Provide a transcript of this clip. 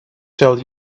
tell